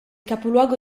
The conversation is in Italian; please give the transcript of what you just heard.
capoluogo